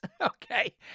okay